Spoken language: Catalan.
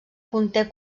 conté